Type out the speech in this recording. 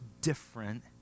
different